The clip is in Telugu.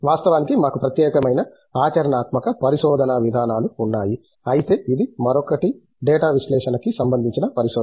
వాస్తవానికి మాకు ప్రత్యేకమైన ఆచరణాత్మక పరిశోధన విధానాలు ఉన్నాయి అయితే ఇది మరొకటి డేటా విశ్లేషణ కి సంబంధించిన పరిశోధన